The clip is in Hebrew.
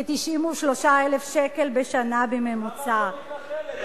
כ-93,000 שקל בשנה בממוצע,